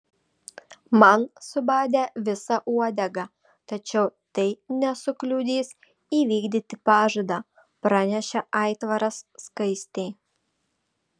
man subadė visą uodegą tačiau tai nesukliudys įvykdyti pažadą pranešė aitvaras skaistei